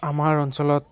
আমাৰ অঞ্চলত